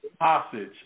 hostage